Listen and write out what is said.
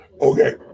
Okay